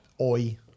oi